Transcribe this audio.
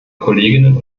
kolleginnen